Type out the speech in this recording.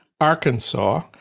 Arkansas